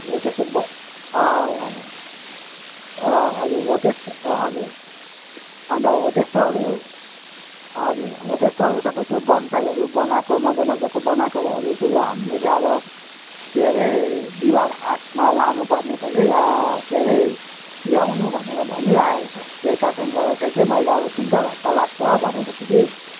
हो त्यो ब अँ अँ हजुर हो त्यो अँ हजुर अन्त हो त्यस्तोहरू हजुर हो त्यस्तोहरू सबै त्यो बोन्साईहरू बनाएको मज्जा मज्जाको बनाएको भएर चाहिँ हामीले चाहिँ अब के हरे बिहिवार हाटमा लानुपर्नेछ कि के हरे ल्याउनु भनेर भनिरहेको छ त्यही कारणले गर्दाखेरि मैले अब तिन चार हप्ता लाग्छ भनेको छु कि